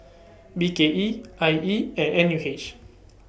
B K E I E and N U H